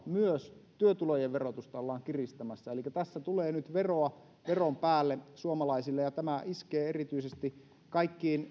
myös työtulojen verotusta ollaan kiristämässä elikkä tässä tulee nyt veroa veron päälle suomalaisille ja tämä iskee erityisesti kaikkiin